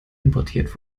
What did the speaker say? importiert